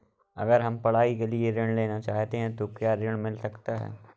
अगर हम पढ़ाई के लिए ऋण लेना चाहते हैं तो क्या ऋण मिल सकता है?